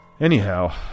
anyhow